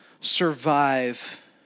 survive